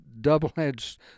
double-edged